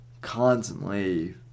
constantly